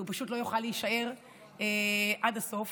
כי הוא פשוט לא יוכל להישאר עד הסוף